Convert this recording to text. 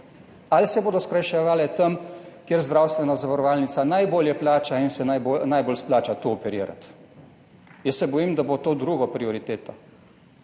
Ali se bodo skrajševale tam, kjer zdravstvena zavarovalnica najbolje plača in se najbolj splača to operirati? Jaz se bojim, da bo to drugo prioriteta,